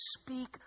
speak